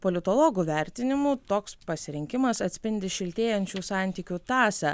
politologų vertinimu toks pasirinkimas atspindi šiltėjančių santykių tąsą